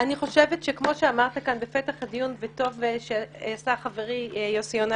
כמו שאמרת כאן בפתח הדיון וטוב עשה חברי יוסי יונה